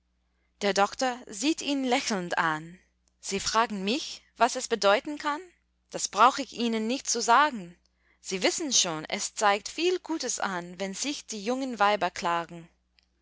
der doktor sieht ihn lächelnd an sie fragen mich was es bedeuten kann das brauch ich ihnen nicht zu sagen sie wissen schon es zeigt viel gutes an wenn sich die jungen weiber klagen